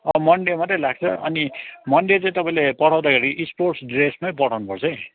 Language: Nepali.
अँ मन्डे मात्रै लाग्छ अनि मन्डे चाहिँ तपाईँले पठाउँदाखेरि स्पोर्टस् ड्रेसमै पठाउनुपर्छ है